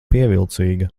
pievilcīga